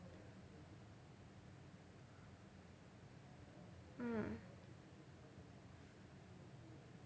mm